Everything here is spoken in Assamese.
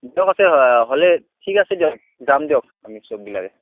দিয়ক আছে হ'লে ঠিক আছে দিয়ক যাম দিয়ক আমি চব বিলাকে